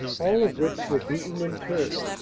all of which were beaten in turn.